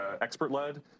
expert-led